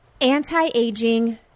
anti-aging